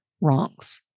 wrongs